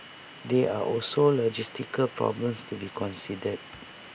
there are also logistical problems to be considered